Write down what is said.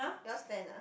yours ten ah